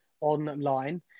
online